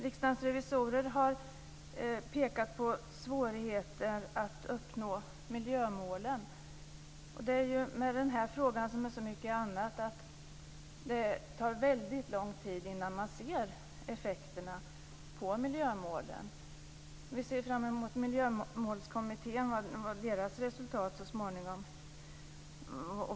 Riksdagens revisorer har pekat på svårigheter att uppnå miljömålen. Det är med den här frågan som med så mycket annat att det tar väldigt lång tid innan man ser effekterna på miljömålen. Vi ser fram emot Miljömålskommitténs resultat så småningom.